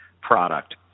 product